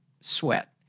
sweat